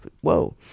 Whoa